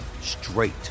straight